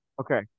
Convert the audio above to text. okay